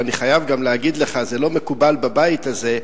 ואני חייב גם להגיד לך, זה לא מקובל בבית הזה.